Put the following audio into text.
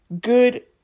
good